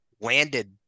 landed